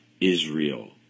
Israel